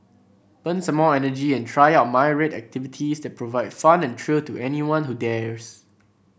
burn some more energy and try out activities that provide fun and thrill to anyone who dares